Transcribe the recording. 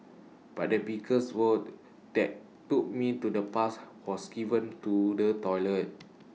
but the biggest word that took me to the past was given to the toilets